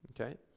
Okay